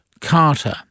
Carter